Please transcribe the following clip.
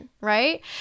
right